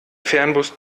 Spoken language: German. fernbus